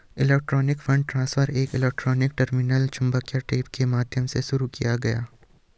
electronic fund transfer एक electronic terminal चुंबकीय tape के माध्यम से शुरू किया गया